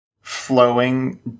flowing